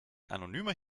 anonymer